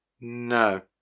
No